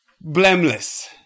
Blameless